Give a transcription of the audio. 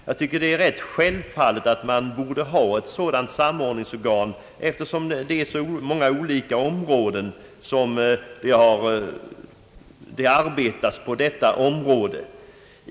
Jag finner det självfallet att man bör ha ett sådant samordningsorgan, eftersom det på så många olika håll arbetas på detta område.